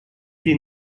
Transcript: des